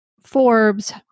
Forbes